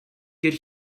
get